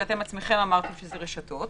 שאתם בעצמכם אמרתם שזה רשתות,